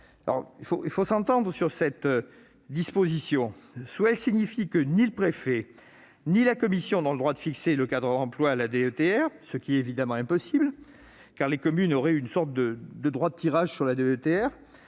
». Il faut s'entendre sur le sens de cette disposition : soit elle signifie que ni le préfet ni la commission n'ont le droit de fixer de cadre d'emploi à la DETR, ce qui est évidemment impossible, car les communes auraient une sorte de droit de tirage sur la